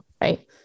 right